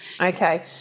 Okay